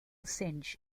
singh